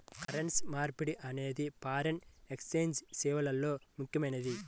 currency మార్పిడి అనేది foreign exchange సేవల్లో ముఖ్యమైనది